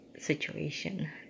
situation